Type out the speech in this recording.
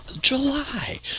july